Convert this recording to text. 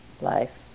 life